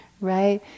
right